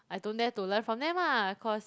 I don't dare to learn from them lah cause